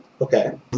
Okay